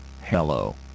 Hello